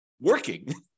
working